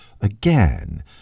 again